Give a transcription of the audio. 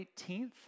18th